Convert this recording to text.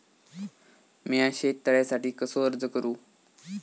मीया शेत तळ्यासाठी कसो अर्ज करू?